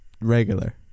regular